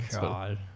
God